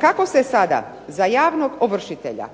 Kako se sada za javnog ovršitelja